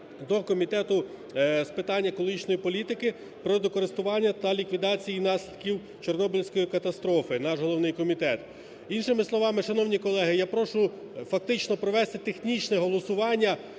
до Комітету з питань екологічної політики, природокористування та ліквідації наслідків Чорнобильської катастрофи – наш головний комітет. Іншими словами, шановні колеги, я прошу фактично провести технічне голосування,